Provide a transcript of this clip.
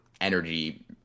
energy